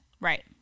Right